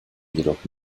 jedoch